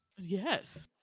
yes